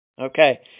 Okay